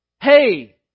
Hey